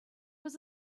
was